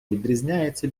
відрізняється